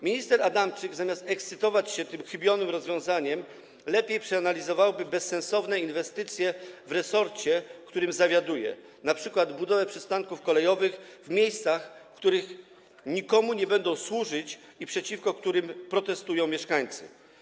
Minister Adamczyk, zamiast ekscytować się tym chybionym rozwiązaniem, lepiej przeanalizowałby bezsensowne inwestycje w resorcie, którym zawiaduje, np. budowę przystanków kolejowych w miejscach, w których nikomu nie będą służyć i przeciwko którym protestują mieszkańcy.